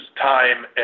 time